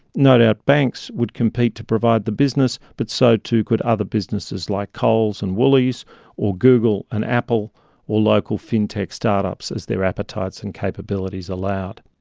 no doubt banks would compete to provide the business but so too could other businesses like coles and woolies or google and apple or local fintech start-ups as their appetites and capabilities allowed.